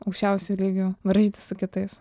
aukščiausiu lygiu varžytis su kitais